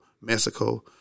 Mexico